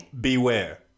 beware